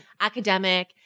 academic